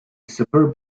suburb